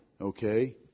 Okay